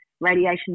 Radiation